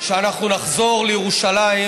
שאנחנו נחזור לירושלים.